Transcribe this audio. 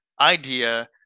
idea